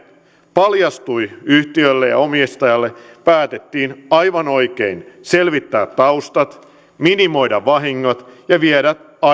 paljastui yhtiölle ja omistajalle päätettiin aivan oikein selvittää taustat minimoida vahingot ja viedä